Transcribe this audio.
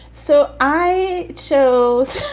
so i chose